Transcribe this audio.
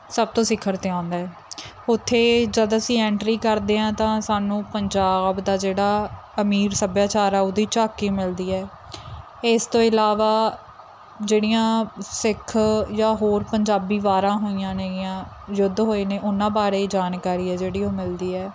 ਸਭ ਤੋਂ ਸਿਖਰ 'ਤੇ ਆਉਂਦਾ ਉੱਥੇ ਜਦ ਅਸੀਂ ਐਂਟਰੀ ਕਰਦੇ ਹਾਂ ਤਾਂ ਸਾਨੂੰ ਪੰਜਾਬ ਦਾ ਜਿਹੜਾ ਅਮੀਰ ਸੱਭਿਆਚਾਰ ਆ ਉਹਦੀ ਝਾਕੀ ਮਿਲਦੀ ਹੈ ਇਸ ਤੋਂ ਇਲਾਵਾ ਜਿਹੜੀਆਂ ਸਿੱਖ ਜਾਂ ਹੋਰ ਪੰਜਾਬੀ ਵਾਰਾਂ ਹੋਈਆਂ ਨੇਗੀਆਂ ਯੁੱਧ ਹੋਏ ਨੇ ਉਹਨਾਂ ਬਾਰੇ ਜਾਣਕਾਰੀ ਹੈ ਜਿਹੜੀ ਉਹ ਮਿਲਦੀ ਹੈ